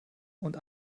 und